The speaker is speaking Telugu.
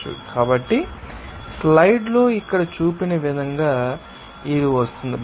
కాబట్టి స్లైడ్లో ఇక్కడ చూపిన విధంగా ఇది వస్తుంది